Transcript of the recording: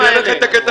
אני אראה לך את הכתבה.